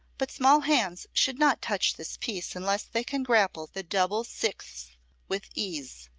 but small hands should not touch this piece unless they can grapple the double sixths with ease.